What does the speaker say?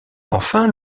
enfin